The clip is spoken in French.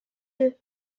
deux